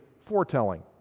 foretelling